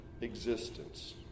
existence